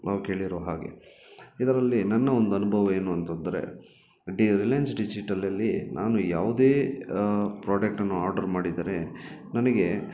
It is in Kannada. ನಾವು ಕೇಳಿರೋ ಹಾಗೆ ಇದರಲ್ಲಿ ನನ್ನ ಒಂದು ಅನುಭವ ಏನು ಅಂತಂದರೆ ರಿಲಯನ್ಸ್ ಡಿಜಿಟಲಲ್ಲಿ ನಾನು ಯಾವುದೇ ಪ್ರಾಡಕ್ಟ್ ಅನ್ನು ಆರ್ಡರ್ ಮಾಡಿದರೆ ನನಗೆ